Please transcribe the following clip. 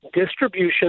distribution